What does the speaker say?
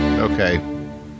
okay